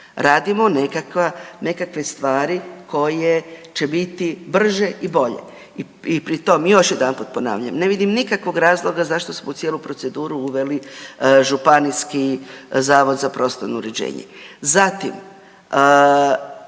radimo nekakve stvari koje će biti brže i bolje. I pri tom još jedanput ponavljam, ne vidim nikakvog razloga zašto smo u cijelu proceduru uveli županijski zavod za prostorno uređenje. Zatim,